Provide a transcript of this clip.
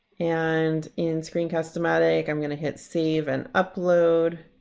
and in screencast-o-matic i'm gonna hit save and upload.